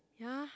ya